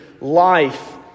life